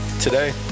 Today